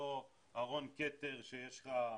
לא ארון כתר שיש לך,